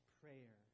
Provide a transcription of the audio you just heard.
prayer